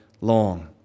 long